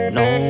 no